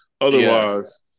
Otherwise –